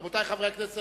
רבותי חברי הכנסת,